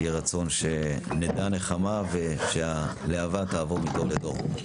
יהי רצון שנדע נחמה ושהלהבה תעבור מדור לדור.